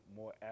more